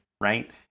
right